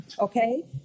okay